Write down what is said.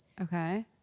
Okay